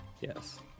Yes